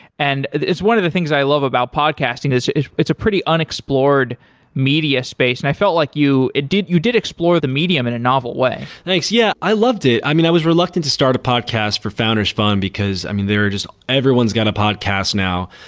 and it's one of the things i love about podcasting is it's a pretty unexplored media space, and i felt like you you did explore the medium in a novel way thanks. yeah, i loved it. i mean, i was reluctant to start a podcast for founders fund, because i mean, they're just everyone's got a podcast now.